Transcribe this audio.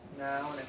now